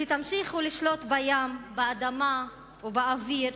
שתמשיכו לשלוט בים, באדמה ובאוויר,